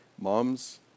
moms